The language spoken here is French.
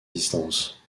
distances